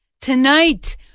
Tonight